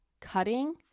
cutting